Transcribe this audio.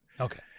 Okay